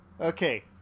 Okay